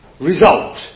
result